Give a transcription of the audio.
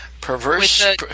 Perverse